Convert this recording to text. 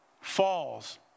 falls